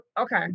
Okay